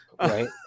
right